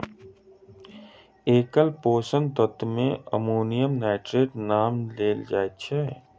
एकल पोषक तत्व मे अमोनियम नाइट्रेटक नाम लेल जाइत छै